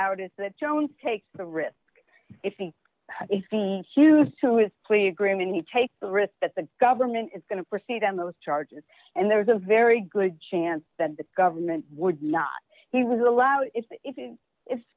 out is that jones takes the risk if he is the use to his plea agreement he takes the risk that the government is going to proceed on those charges and there's a very good chance that the government would not he was allowed if it if